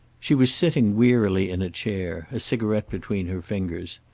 she was sitting wearily in a chair, a cigarette between her fingers.